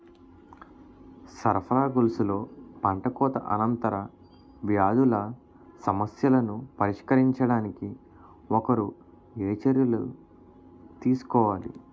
సరఫరా గొలుసులో పంటకోత అనంతర వ్యాధుల సమస్యలను పరిష్కరించడానికి ఒకరు ఏ చర్యలు తీసుకోవాలి?